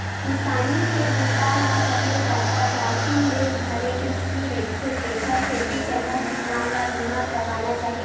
किसानी के बूता ह सबले जादा जाखिम ले भरे रिस्की रईथे तेखर सेती जम्मो किसान ल बीमा करवाना चाही